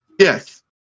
Yes